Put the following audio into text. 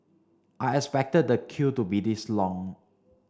I expected the queue to be this long